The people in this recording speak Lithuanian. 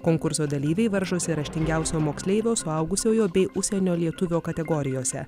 konkurso dalyviai varžosi raštingiausio moksleivio suaugusiojo bei užsienio lietuvio kategorijose